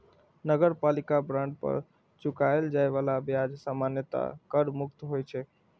नगरपालिका बांड पर चुकाएल जाए बला ब्याज सामान्यतः कर मुक्त होइ छै